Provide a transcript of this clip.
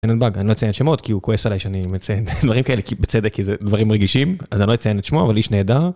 אני לא מציין שמות כי הוא כועס עלי שאני מציין דברים כאלה כי בצדק איזה דברים רגישים אז אני לא אציין את שמו אבל איש נהדר.